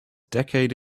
decade